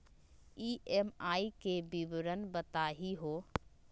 EMI के विवरण बताही हो?